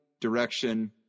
direction